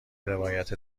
روایت